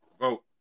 Vote